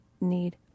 need